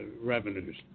revenues